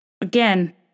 Again